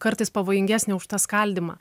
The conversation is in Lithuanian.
kartais pavojingesnė už tą skaldymą